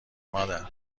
مادر